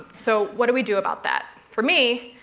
so what do we do about that? for me,